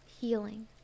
healing